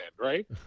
right